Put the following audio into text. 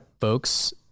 folks